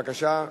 בבקשה,